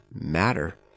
matter